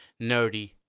nerdy